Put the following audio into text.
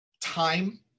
Time